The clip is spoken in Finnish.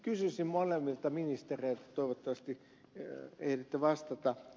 kysyisin molemmilta ministereiltä toivottavasti ehditte vastata